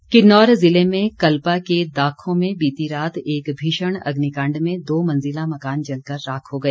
आग किन्नौर ज़िले में कल्पा के दाखो में बीती रात एक भीषण अग्निकाण्ड में दो मंज़िला मकान जलकर राख हो गया